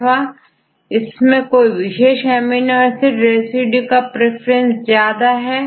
क्या इसमें कोई विशेष एमिनो एसिड रेसिड्यू का प्रेफरेंस ज्यादा है